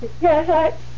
Yes